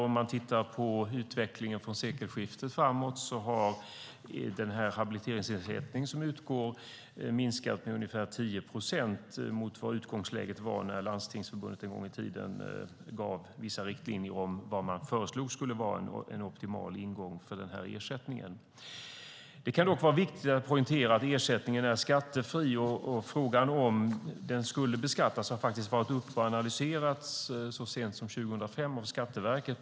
Tittar man på utvecklingen från sekelskiftet och framåt ser man att den habiliteringsersättning som utgår minskat med ungefär 10 procent jämfört med vad utgångsläget var när Landstingsförbundet en gång i tiden gav vissa riktlinjer för vad som skulle vara en optimal ingång för denna ersättning. Det kan dock vara viktigt att poängtera att ersättningen är skattefri. Frågan om den skulle beskattas togs upp och analyserades så sent som 2005 av Skatteverket.